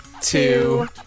two